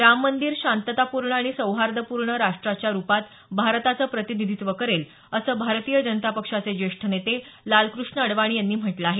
राम मंदीर शांततापूर्ण आणि सौहार्दपूर्ण राष्ट्राच्या रुपात भारताचं प्रतिनिधित्व करेल असं भारतीय जनता पक्षाचे ज्येष्ठ नेते लालकृष्ण अडवाणी यांनी म्हटलं आहे